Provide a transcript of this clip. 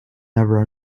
never